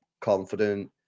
confident